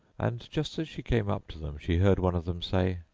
and just as she came up to them she heard one of them say,